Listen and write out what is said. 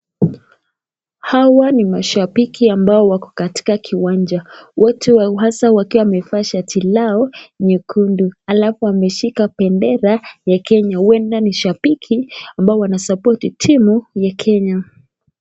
Hawa ni mashabiki ambao wako katika kiwanja. Wote wauhasa wakiwa wamevaa shati lao nyekundu alafu wameshika bendera ya Kenya huenda ni shabiki ambao wanasapoti timu ya Kenya.